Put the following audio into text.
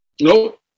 Nope